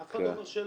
אף אחד לא אומר שלא,